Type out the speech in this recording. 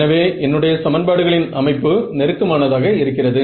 எனவே என்னுடைய சமன்பாடுகளின் அமைப்பு நெருக்கமானதாக இருக்கிறது